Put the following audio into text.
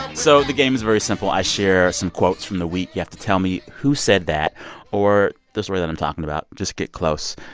so the game is very simple. i share some quotes from the week. you have to tell me who said that or the story that i'm talking about. just get close.